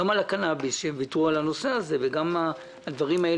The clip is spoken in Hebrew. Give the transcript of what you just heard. להיות שווים לשאר הקופות והם הקופה הגדולה,